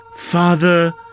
Father